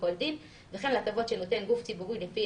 כל דין וכן להטבות שנותן גוף ציבורי לפי